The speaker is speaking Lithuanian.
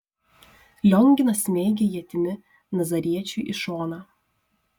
lionginas smeigė ietimi nazariečiui į šoną